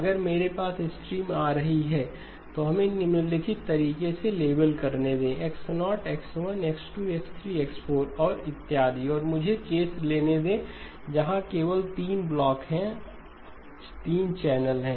अगर मेरे पास स्ट्रीम आ रही है तो हमें निम्नलिखित तरीके से लेबल करने दें X0 X1 X2X3 X4 और इत्यादि और मुझे केस लेने दें जहां केवल 3 ब्लॉक है 3 चैनल है